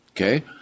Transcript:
Okay